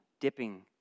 dipping